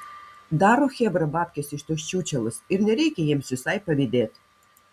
daro chebra babkes iš tos čiūčelos ir nereikia jiems visai pavydėt